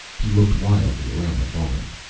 he looked wildly around the barn.